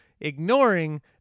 ignoring